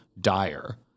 dire